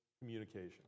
communication